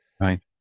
right